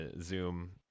Zoom